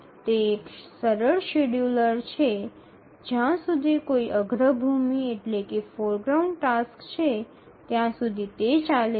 તે એક સરળ શેડ્યૂલર છે જ્યાં સુધી ત્યાં કોઈ અગ્રભૂમિ ટાસ્ક છે ત્યાં સુધી તે ચાલે છે